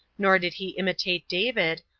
nor did he imitate david,